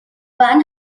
band